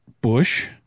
Bush